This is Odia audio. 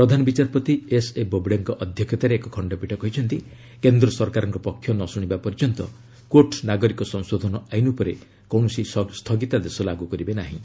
ପ୍ରଧାନ ବିଚାରପତି ଏସ୍ଏ ବୋବ୍ଡେଙ୍କ ଅଧ୍ୟକ୍ଷତାରେ ଏକ ଖଶ୍ତପୀଠ କହିଛନ୍ତି କେନ୍ଦ୍ର ସରକାରଙ୍କ ପକ୍ଷ ନ ଶୁଣିବା ପର୍ଯ୍ୟନ୍ତ କୋର୍ଟ ନାଗରିକ ସଂଶୋଧନ ଆଇନ ଉପରେ କୌଣସି ସ୍ଥଗିତାଦେଶ ଲାଗୁ କରିପାରିବେ ନାହିଁ